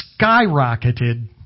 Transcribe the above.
skyrocketed